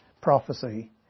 prophecy